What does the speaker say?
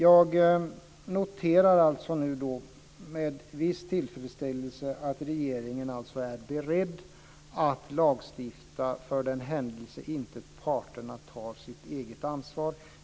Jag noterar alltså nu med viss tillfredsställelse att regeringen är beredd att lagstifta för den händelse att parterna inte tar sitt eget ansvar.